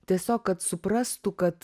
tiesiog kad suprastų kad